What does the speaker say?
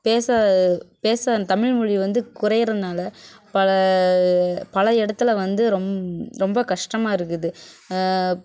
பேச பேச அந்த தமிழ்மொழி வந்து குறைகிறனால பல பல இடத்துல வந்து ரொம் ரொம்ப கஷ்டமாக இருக்குது